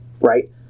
right